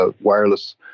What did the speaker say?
wireless